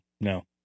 no